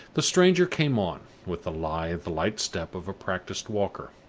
the stranger came on, with the lithe, light step of a practiced walker,